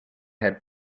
head